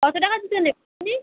কত টাকার জুতো আপনি